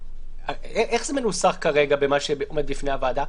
איך זה מנוסח כרגע במה שעומד בפני הוועדה?